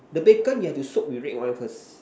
the bacon you have to soak with red wine first